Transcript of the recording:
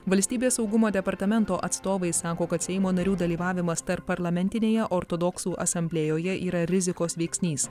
valstybės saugumo departamento atstovai sako kad seimo narių dalyvavimas tarpparlamentinėje ortodoksų asamblėjoje yra rizikos veiksnys